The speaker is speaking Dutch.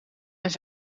eens